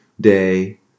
day